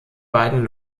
beiden